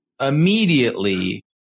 Immediately